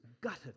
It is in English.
gutted